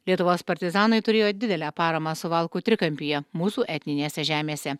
lietuvos partizanai turėjo didelę paramą suvalkų trikampyje mūsų etninėse žemėse